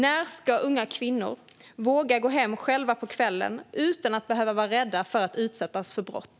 När ska unga kvinnor våga gå hem själva på kvällen utan att behöva vara rädda för att utsättas för brott?